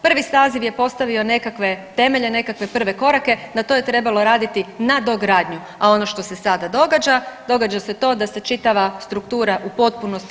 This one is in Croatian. Prvi saziv je postavio nekakve temelje, nekakve prve korake na to je trebalo raditi nadogradnju, a ono što se sada događa, događa se to da se čitava struktura u potpunosti